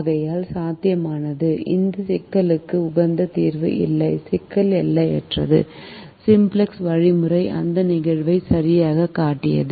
ஆகையால் சாத்தியமானது இந்த சிக்கலுக்கு உகந்த தீர்வு இல்லை சிக்கல் எல்லையற்றது சிம்ப்ளக்ஸ் வழிமுறை அந்த நிகழ்வை சரியாகக் காட்டியது